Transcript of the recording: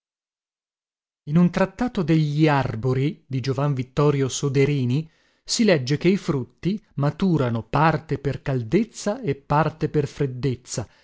in un trattato degli arbori di giovan vittorio soderini si legge che i frutti maturano parte per caldezza e parte per freddezza